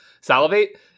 salivate